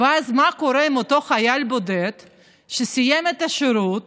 ואז מה קורה עם אותו חייל בודד שסיים את השירות